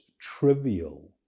trivial